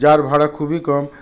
যার ভাড়া খুবই কম